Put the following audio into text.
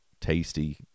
tasty